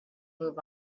move